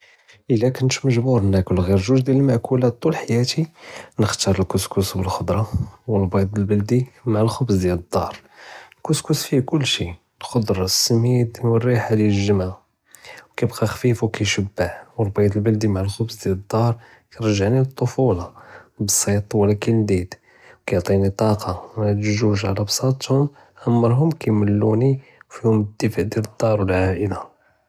אִלא כֻּנְת מְגְ׳בּוּר נַאכְּל עְ׳יר ג׳וּג׳ דִיַאל אלמאַכּוּלאת טוּל חְיַאתִי נְחְתַאר אלכְּסְכְּס וּאלחְ׳דְרַא וּאלבִּיד׳ אלבַּלְדִי מעא אלכְּחְ'בְּז דִיַאל אֶלדַּאר. אלכְּסְכְּס פִיה כֻּלשי אלחְ׳דְרַא אלסְּמִיד וּאלרִיחַא דִיַאל אלגְ׳מְעַה, כִּיבְּקַּא חְפִיף אוּ כִּישְבַּע וּאלבִּיד׳ אלבַּלְדִי מעא אלכְּחְ'בְּז דִיַאל אלדַּאר כִּירְגְ׳ענִי לִלטְפוּלַה, בּסִיט ולכּן לְדִיד, כִּיעְטִינִי טַאקַּה, האד ג׳וּג׳ עלא בּסַאטְתְהוּם עַמְרְהוּם כִּימְלוּנִי, פִיהוּם דִיפאַא דִיַאל עַאִלַא.